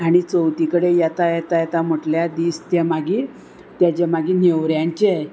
आनी चवथी कडेन येता येता येता म्हटल्यार दीस ते मागीर तेजे मागीर नेवऱ्यांचे